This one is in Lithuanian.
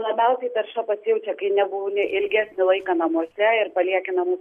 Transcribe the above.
labiausiai tarša pasijaučia kai nebūni ilgesnį laiką namuose ir palieki namų